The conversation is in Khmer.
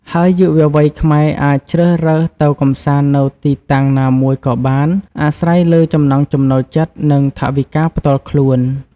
ហើយយុវវ័យខ្មែរអាចជ្រើសរើសទៅកម្សាន្តនៅទីតាំងណាមួយក៏បាន អាស្រ័យលើចំណង់ចំណូលចិត្ត និងថវិកាផ្ទាល់ខ្លួន។